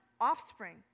offspring